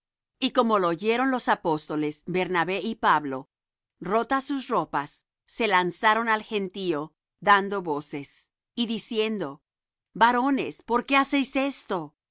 y como lo oyeron los apóstoles bernabé y pablo rotas sus ropas se lanzaron al gentío dando voces y diciendo varones por qué hacéis esto